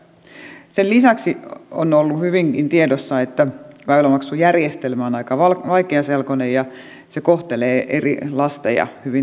sen lisäksi on ollut hyvinkin tiedossa että väylämaksujärjestelmä on aika vaikeaselkoinen ja se kohtelee eri lasteja hyvin erityylisesti